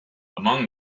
among